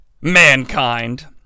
Mankind